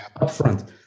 upfront